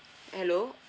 hello